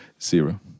zero